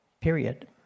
Period